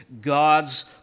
God's